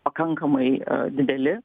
pakankamai dideli